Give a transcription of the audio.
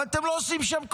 אבל אתם לא עושים שם כלום.